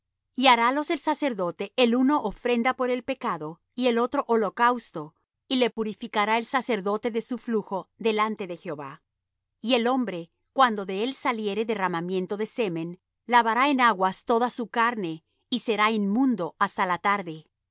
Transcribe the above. y harálos el sacerdote el uno ofrenda por el pecado y el otro holocausto y le purificará el sacerdote de su flujo delante de jehová y el hombre cuando de él saliere derramamiento de semen lavará en aguas toda su carne y será inmundo hasta la tarde